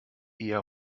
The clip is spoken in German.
eher